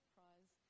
Prize